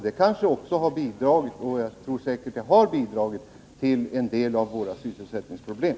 Det har säkert bidragit till en del av våra sysselsättningsproblem.